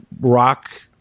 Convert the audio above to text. rock